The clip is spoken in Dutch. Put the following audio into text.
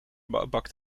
bakt